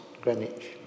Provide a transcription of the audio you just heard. Greenwich